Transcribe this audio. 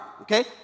Okay